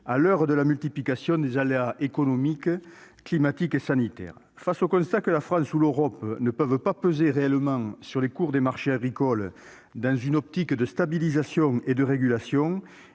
à l'heure de la multiplication des aléas économiques, climatiques et sanitaires. Face au constat que la France ou l'Europe ne peuvent pas peser réellement sur les cours des marchés agricoles dans une optique de stabilisation et de régulation,